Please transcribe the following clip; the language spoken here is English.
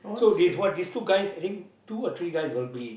so this what this two guys I think two or three guys will be